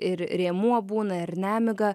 ir rėmuo būna ir nemiga